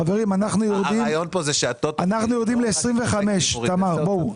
חברים, אנחנו יורדים ל-25, תמר, בואו.